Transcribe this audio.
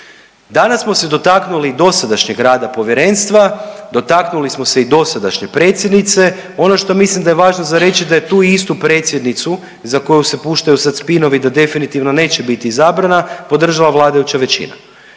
Danas smo se dotaknuli dosadašnjeg rada povjerenstva, dotaknuli smo se i dosadašnje predsjednice, ono što mislim da je važno za reći da je tu istu predsjednicu za koju se puštaju sad spinovi da definitivno neće biti izabrana podržava vladajuća većina.